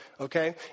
okay